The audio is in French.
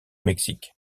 mexique